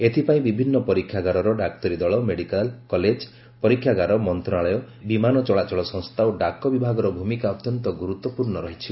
ଏଥିପାଇଁ ବିଭିନ୍ନ ପରୀକ୍ଷାଗାରର ଡାକ୍ତରୀ ଦଳ ମେଡ଼ିକାଲ କଲେଜ ପରୀକ୍ଷାଗାର ମନ୍ତ୍ରଣାଳୟ ବିମାନ ଚଳାଚଳ ସଂସ୍ଥା ଓ ଡାକ ବିଭାଗର ଭୂମିକା ଅତ୍ୟନ୍ତ ଗୁରୁତ୍ୱପୂର୍୍ଣ ରହିଛି